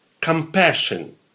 Compassion